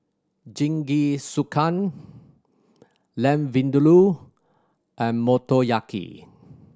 Jingisukan Lamb Vindaloo and Motoyaki